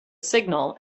signal